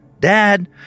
dad